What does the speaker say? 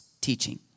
teaching